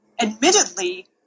admittedly